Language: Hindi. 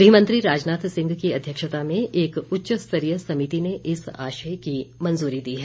गृहमंत्री राजनाथ सिंह की अध्यक्षता में एक उच्चस्तरीय समिति ने इस आशय की मंजूरी दी है